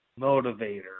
motivator